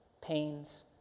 pains